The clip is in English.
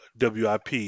WIP